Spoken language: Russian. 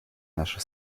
наши